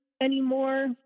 anymore